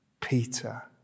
Peter